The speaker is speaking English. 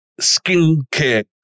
skincare